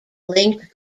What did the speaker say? linked